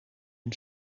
een